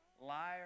liar